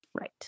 Right